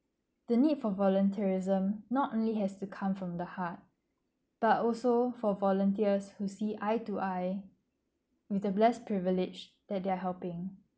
the need for voluntarism not only has to come from the heart but also for volunteers who see eye to eye with the blessed privilege that they are helping